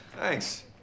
Thanks